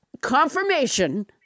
confirmation